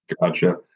gotcha